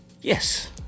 Yes